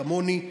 כמוני,